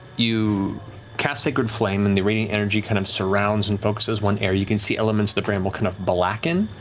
you cast sacred flame and the radiant energy kind of surrounds and focuses one area. you can see elements of the bramble kind of blacken.